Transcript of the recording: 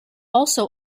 also